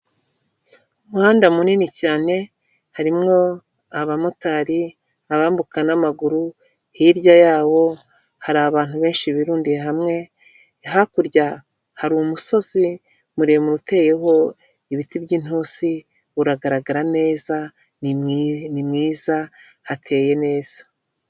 Umuhanda munini cyane harimo abamotari abambuka n'amaguru hirya yawo, hari abantu benshi birundiye hamwe, hakurya hari umusozi muremure uteyeho ibiti byinturusi uragaragara neza ni mwiza hateye neza.